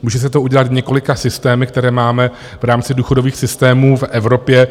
Může se to udělat několika systémy, které máme v rámci důchodových systémů v Evropě.